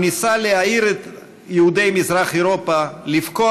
הוא ניסה להעיר את יהודי מזרח אירופה לפקוח